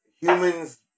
humans